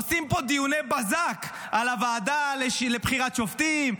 עושים פה דיוני בזק על הוועדה לבחירת שופטים,